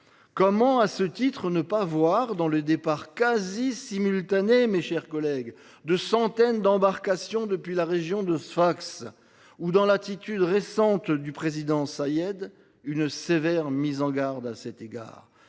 Comment, dès lors, ne pas voir dans le départ quasi simultané de centaines d’embarcations depuis la région de Sfax ou dans l’attitude récente du président Saïed, une sévère mise en garde à cet égard ?